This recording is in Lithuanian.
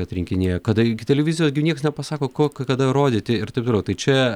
atrinkinėja kadangi televizijos gi nieks nepasako ko kada rodyti ir taip toliau tai čia